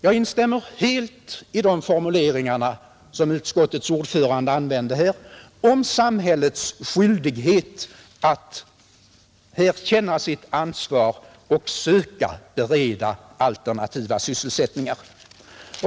Jag instämmer helt i de formuleringar som utskottets ordförande här använde om samhällets skyldighet att känna sitt ansvar och söka bereda alternativa sysselsättningar.